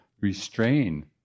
restrain